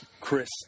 Chris